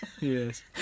Yes